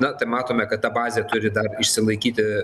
na tai matome kad ta bazė turi dar išsilaikyti